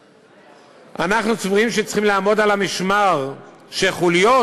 אנחנו סבורים שצריכים לעמוד על המשמר שחוליות